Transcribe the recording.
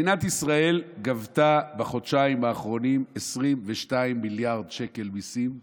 מדינת ישראל גבתה בחודשיים האחרונים 22 מיליארד שקל מיסים עודף.